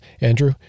Andrew